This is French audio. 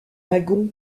lagon